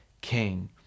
king